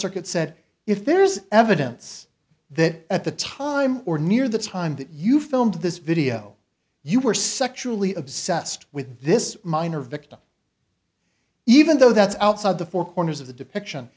circuit said if there is evidence that at the time or near the time that you filmed this video you were sexually obsessed with this minor victim even though that's outside the four corners of the depiction